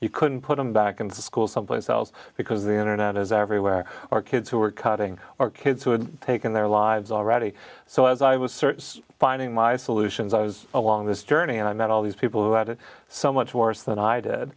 you couldn't put them back in school someplace else because the internet is everywhere our kids who are cutting are kids who had taken their lives already so as i was certain finding my solutions i was along this journey and i met all these people who had it so much worse than i did